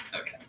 Okay